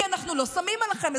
כי אנחנו לא שמים עליכם,